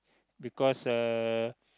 because uh